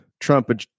Trump